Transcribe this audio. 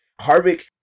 Harvick